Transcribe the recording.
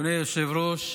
אדוני היושב-ראש,